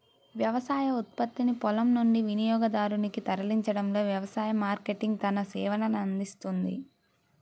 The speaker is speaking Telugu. వ్యవసాయ ఉత్పత్తిని పొలం నుండి వినియోగదారునికి తరలించడంలో వ్యవసాయ మార్కెటింగ్ తన సేవలనందిస్తుంది